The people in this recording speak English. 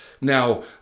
Now